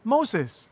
Moses